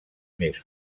més